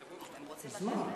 מזמן.